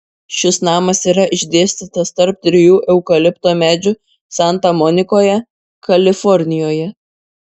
šis namas yra išdėstytas tarp trijų eukalipto medžių santa monikoje kalifornijoje